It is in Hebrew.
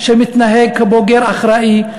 שמתנהג כבוגר אחראי,